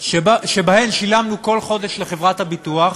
שבהן שילמנו כל חודש לחברת הביטוח,